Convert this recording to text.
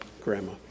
Grandma